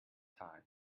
time